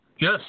Yes